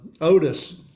otis